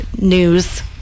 news